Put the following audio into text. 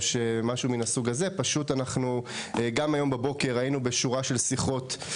או משהו מן הסוג הזה; גם היום בבוקר היינו בשורה של שיחות,